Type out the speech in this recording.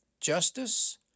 justice